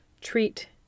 treat